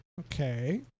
Okay